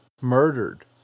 murdered